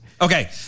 Okay